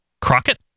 Crockett